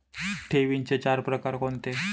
ठेवींचे चार प्रकार कोणते?